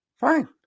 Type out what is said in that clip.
Fine